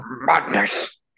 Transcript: madness